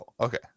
okay